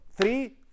three